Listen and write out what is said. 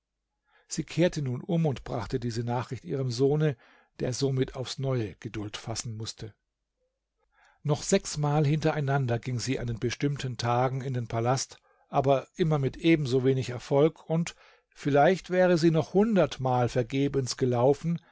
sie kehrte nun um und brachte diese nachricht ihrem sohne der somit aufs neue geduld fassen mußte noch sechsmal hintereinander ging sie an den bestimmten tagen in den palast aber immer mit ebensowenig erfolg und vielleicht wäre sie noch hundertmal vergebens gelaufen